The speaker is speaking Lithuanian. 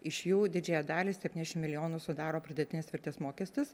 iš jų didžiąją dalį septyniasdešim milijonų sudaro pridėtinės vertės mokestis